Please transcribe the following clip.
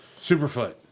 Superfoot